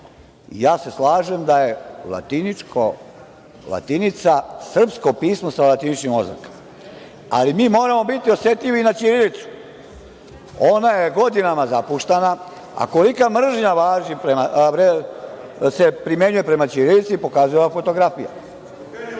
ja se slažem da je latiničko, latinica srpsko pismo sa latiničnim oznakama, ali mi moramo biti osetljivi i na ćirilicu. Ona je godinama zapuštana, a kolika mržnja se primenjuje prema ćirilici pokazuje ova fotografija.